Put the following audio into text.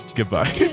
Goodbye